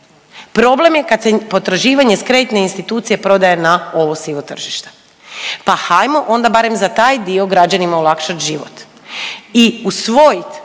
problem je kad se potraživanje s kreditne institucije prodaje na ovo sivo tržište. Pa hajmo onda barem za taj dio građanima olakšati život i usvojit